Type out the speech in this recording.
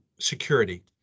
Security